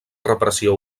repressió